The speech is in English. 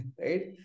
right